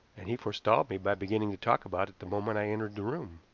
and he forestalled me by beginning to talk about it the moment i entered the room.